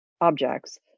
objects